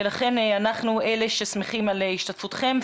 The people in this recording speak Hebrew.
ולכן אנחנו אלה ששמחים על השתתפותכם.